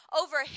over